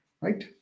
right